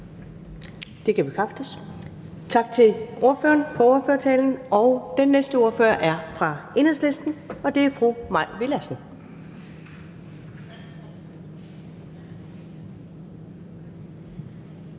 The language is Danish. Det kan bekræftes. Tak til ordføreren for ordførertalen. Den næste ordfører er fra Enhedslisten, og det er fru Mai Villadsen.